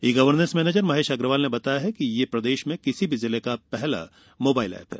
ई governance manager Mahesh Agrawal ने बताया है कि यह प्रदेश में किसी भी जिले का पहला मोबाइल एप है